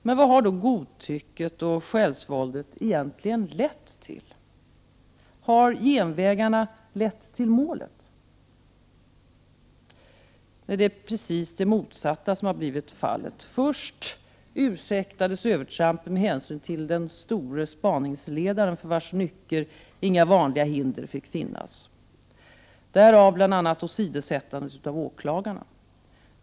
Men vad har då godtycket och självsvåldet egentligen lett till? Har genvägarna lett till målet? Nej, precis det motsatta har blivit fallet. Först ursäktades övertrampen med hänsyn till den store spaningsledaren för vilkens nycker inga vanliga hinder fick finnas, därav bl.a. åsidosättandet av åklagarna.